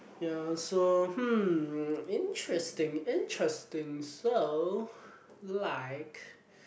ya so hmm interesting interesting so like